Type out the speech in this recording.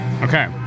Okay